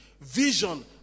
Vision